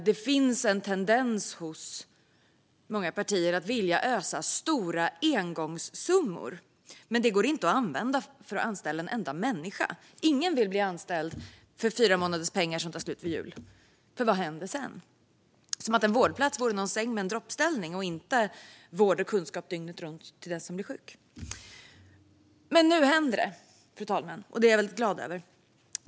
Det finns en tendens hos många partier att vilja ösa på stora engångssummor. Men dessa summor går inte att använda för att anställa en enda människa. Ingen vill bli anställd för fyramånaderspengar som tar slut vid jul, för vad händer sedan? Det är som om en vårdplats vore en säng med en droppställning och inte vård och kunskap dygnet runt till den som blir sjuk. Men nu händer det, fru talman, och det är jag väldigt glad över.